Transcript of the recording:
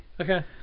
Okay